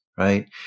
Right